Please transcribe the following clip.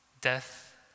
Death